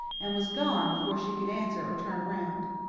and was gone before she could answer or turn around.